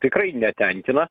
tikrai netenkina